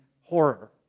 horror